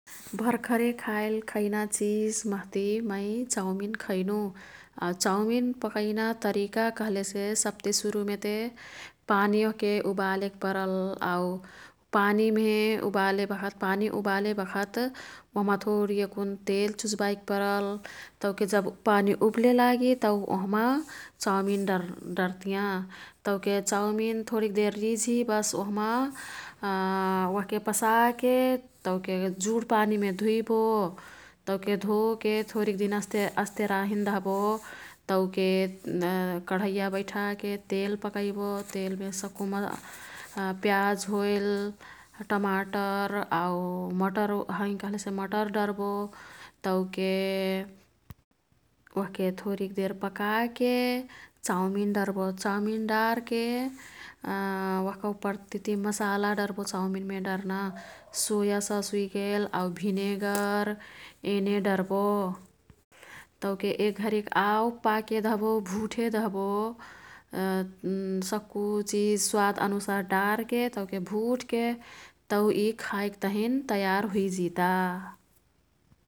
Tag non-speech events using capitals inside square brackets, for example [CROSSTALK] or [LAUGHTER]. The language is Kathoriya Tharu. भर्खरे खाईल खैना चिज मह्तीमै चाउमिन खैनु। [HESITATION] चाउमिन पकैना तरिका कह्लेसे सब्ति सुरुमेते पानी ओह्के उबालेक परल। आऊ पानीमे उबालेबखत पानीउबाले बखत ओह्मा थोरीएकुन तेल चुचबाईक परल। तौके जब पानी उब्लेलागी तौ ओह्मा चाउमिन [UNINTELLIGIBLE] डर्तियाँ। तौके चाउमिन थोरिदेर रिझी बस् ओह्मा [HESITATION] ओह्के पसाके तौके जुड पानीमे धुइबो। तौके धोके थोरिदेर अस्ते अस्ते रहिन् दह्बो तौके [HESITATION] कढईया बैठाके तेल पकैबो। तेलमे सक्कु [UNINTELLIGIBLE] प्याज होइल टमाटर आऊ मटर है कह्लेसे मटर डर्बो। तौके ओह्के थोरिक देर पकाके चाउमिन डर्बो, चाउमिन डार्के [HESITATION] ओह्का उपरतिती मसाला डर्बो चाउमिनमे डर्ना सोयासस हुइगेल आऊ भिनेगर येने डर्बो। तौके एक्घरिक आऊ पाकेदहबो भुठेदहबो। [HESITATION] सक्कुचिज स्वादअनुसार डारके तौके भूठके, तौ ई खाईक् तहिन तयार हुइजिता।